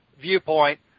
viewpoint